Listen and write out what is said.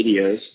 videos